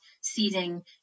seeding